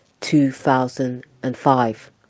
2005